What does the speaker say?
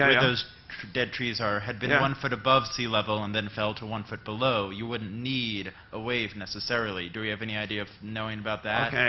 ah yeah. where those dead trees are had been one foot above sea level, and then fell to one foot below, you wouldn't need a wave, necessarily. do we have any idea of knowing about that?